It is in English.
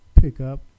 pickup